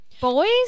boys